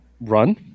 run